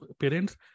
parents